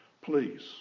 Please